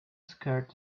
scared